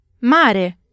Mare